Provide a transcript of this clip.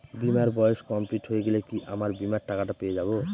বীমার বয়স কমপ্লিট হয়ে গেলে কি আমার বীমার টাকা টা পেয়ে যাবো?